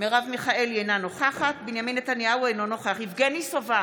אינה נוכחת בנימין נתניהו, אינו נוכח יבגני סובה,